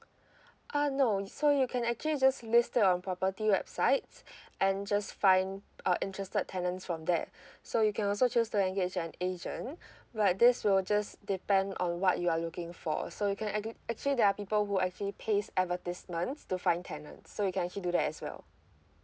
uh no so you can actually just list it on property website and just find a interested tenant from there so you can also choose to engage an agent but this will just depend on what you are looking for so you can edu~ actually there are people who actually pays advertisement to find tenants so you can actually do that as well